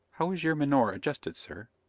how is your menore adjusted, sir?